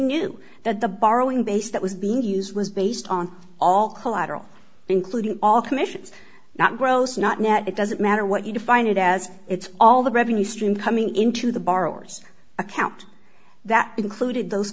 knew that the borrowing base that was being used was based on all collateral including all commissions not gross not net it doesn't matter what you define it as it's all the revenue stream coming into the borrowers account that included those